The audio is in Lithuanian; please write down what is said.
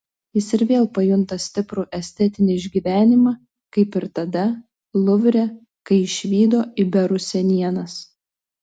jis ir vėl pajunta stiprų estetinį išgyvenimą kaip ir tada luvre kai išvydo iberų senienas